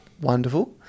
wonderful